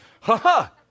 Ha-ha